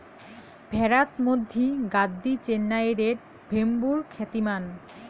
ভ্যাড়াত মধ্যি গাদ্দি, চেন্নাই রেড, ভেম্বুর খ্যাতিমান